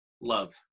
love